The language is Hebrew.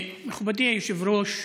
מכובדי היושב-ראש,